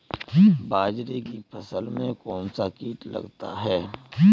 बाजरे की फसल में कौन सा कीट लगता है?